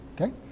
Okay